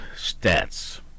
stats